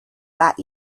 that